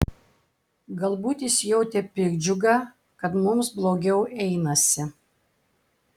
galbūt jis jautė piktdžiugą kad mums blogiau einasi